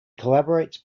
collaborates